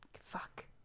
Fuck